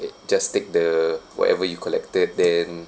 just take the whatever you collected then